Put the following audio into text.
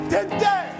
Today